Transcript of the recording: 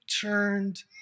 turned